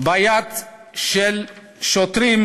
הבעיה של השוטרים,